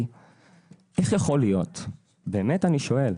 איך יכול להיות, באמת אני שואל,